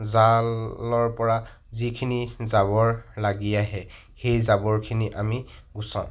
জালৰ পৰা যিখিনি জাবৰ লাগি আহে সেই জাবৰখিনি আমি গুচাওঁ